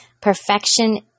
Perfection